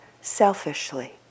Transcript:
selfishly